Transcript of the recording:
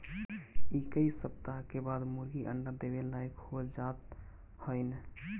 इक्कीस सप्ताह के बाद मुर्गी अंडा देवे लायक हो जात हइन